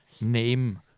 name